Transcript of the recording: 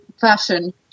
fashion